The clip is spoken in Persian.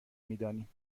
میدانیم